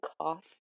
cough